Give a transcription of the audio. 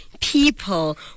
people